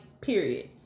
period